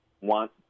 want